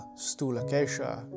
Stulakesha